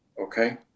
Okay